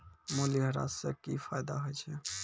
मूल्यह्रास से कि फायदा होय छै?